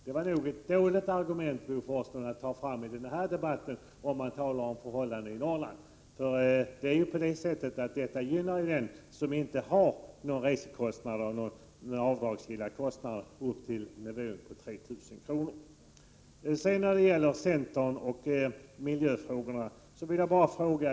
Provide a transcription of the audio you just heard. Detta var ett dåligt argument att ta fram i denna debatt, Bo Forslund, när man talar om förhållandena i Norrland, eftersom schablonbeloppet gynnar den som inte har några avdragsgilla resekostnader. När det gäller centern och miljöfrågorna vill jag fråga följande.